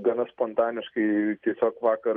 gana spontaniškai tiesiog vakar